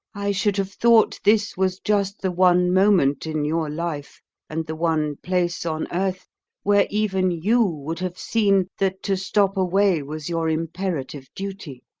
i should have thought this was just the one moment in your life and the one place on earth where even you would have seen that to stop away was your imperative duty.